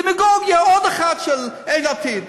דמגוגיה, עוד אחת, של אין עתיד,